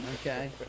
okay